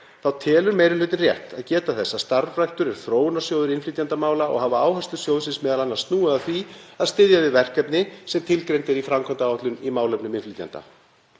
Þá telur meiri hlutinn rétt að geta þess að starfræktur er þróunarsjóður innflytjendamála og hafa áherslur sjóðsins m.a. snúið að því að styðja við verkefni sem tilgreind eru í framkvæmdaáætlun í málefnum innflytjenda.